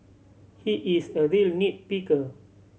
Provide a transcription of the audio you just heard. he is a real nit picker